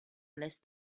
list